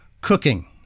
cooking